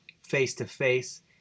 face-to-face